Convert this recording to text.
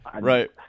right